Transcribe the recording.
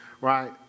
Right